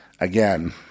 Again